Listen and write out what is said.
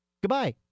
goodbye